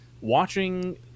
watching